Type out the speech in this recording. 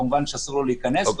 וכמובן שאסור לו להיכנס.